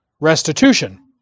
restitution